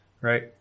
right